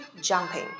jumping